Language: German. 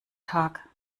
tag